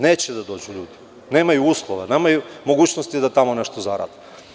Neće da dođu, nemaju uslova, nemaju mogućnosti da tamo nešto zarade.